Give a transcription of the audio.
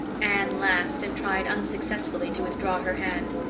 anne laughed and tried unsuccessfully to withdraw her hand.